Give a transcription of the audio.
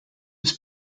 was